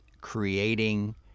creating